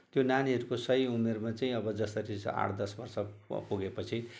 त्यो नानीहरूको सही उमेरमा चाहिँ अब जसरी आठ दस वर्ष पुगेपछि